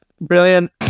Brilliant